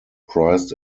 priced